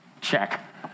check